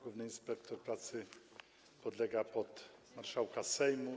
Główny inspektor pracy podlega marszałkowi Sejmu.